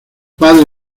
padre